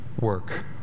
work